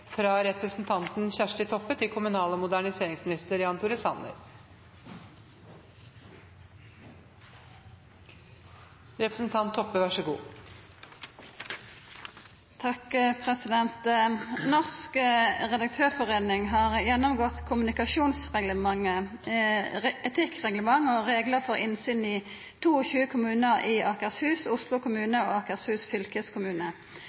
fra representanten Kjersti Toppe til kommunal- og moderniseringsminister Jan Tore Sanner. «Norsk redaktørforening har gjennomgått kommunikasjonsreglementer, etikkreglementer og regler for innsyn i 22 kommuner i Akershus, Oslo kommune